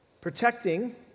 protecting